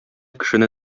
кешене